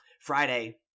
Friday